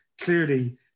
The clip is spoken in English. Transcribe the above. clearly